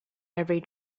every